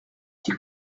qui